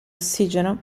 ossigeno